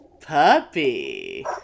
Puppy